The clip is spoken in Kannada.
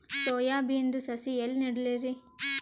ಸೊಯಾ ಬಿನದು ಸಸಿ ಎಲ್ಲಿ ನೆಡಲಿರಿ?